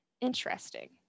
Interesting